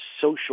social